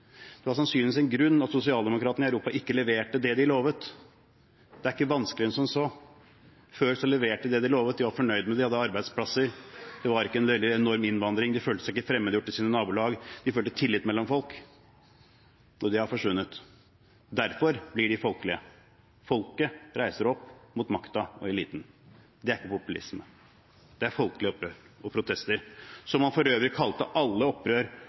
Det var sannsynligvis en grunn at sosialdemokratene i Europa ikke leverte det de lovet. Det er ikke vanskeligere enn som så. Før leverte de det de lovet. Folk var fornøyd med det, de hadde arbeidsplasser, det var ikke en veldig enorm innvandring, de følte seg ikke fremmedgjort i sine nabolag, de følte tillit mellom folk. Det har forsvunnet. Derfor blir de folkelige. Folket reiser seg mot makten og eliten. Det er ikke populisme. Det er folkelig opprør og protester, som man for øvrig kalte alle opprør